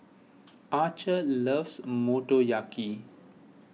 Archer loves Motoyaki